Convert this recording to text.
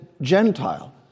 Gentile